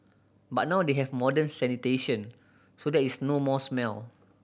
but now they have modern sanitation so there is no more smell